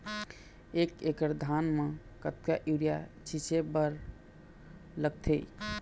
एक एकड़ धान म कतका यूरिया छींचे बर लगथे?